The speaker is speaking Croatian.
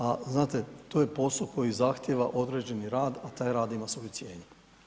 A znate to je posao koji zahtjeva određeni rad a taj rad ima svoju cijenu.